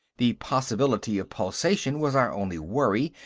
the possibility of pulsation was our only worry.